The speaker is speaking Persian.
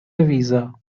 ویزا